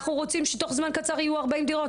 אנחנו רוצים שתוך זמן קצר יהיו 40 דירות.